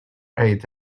eight